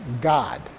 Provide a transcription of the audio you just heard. God